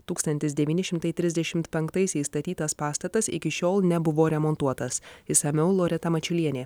tūkstantis devyni šimtai trisdešimt penktaisiais statytas pastatas iki šiol nebuvo remontuotas išsamiau loreta mačiulienė